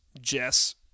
Jess